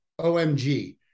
OMG